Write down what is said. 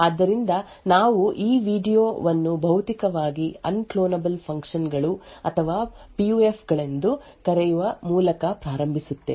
ಆದ್ದರಿಂದ ನಾವು ಈ ವೀಡಿಯೊ ವನ್ನು ಭೌತಿಕವಾಗಿ ಅನ್ಕ್ಲೋನಬಲ್ ಫಂಕ್ಷನ್ಸ್ ಅಥವಾ ಪಿ ಯು ಎಫ್ ಗಳೆಂದು ಕರೆಯುವ ಮೂಲಕ ಪ್ರಾರಂಭಿಸುತ್ತೇವೆ